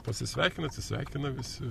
pasisveikina atsisveikina visi